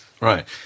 Right